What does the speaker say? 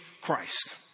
Christ